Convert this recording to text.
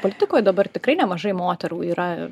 politikoj dabar tikrai nemažai moterų yra